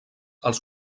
els